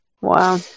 Wow